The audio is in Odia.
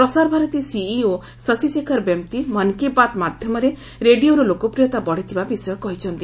ପ୍ରସାର ଭାରତୀ ସିଇଓ ଶଶୀଶେଖର ବେମ୍ପତ୍ତି ମନ୍ କି ବାତ୍ ମାଧ୍ୟମରେ ରେଡିଓର ଲୋକପ୍ରିୟତା ବଢିଥିବା ବିଷୟ କହିଛନ୍ତି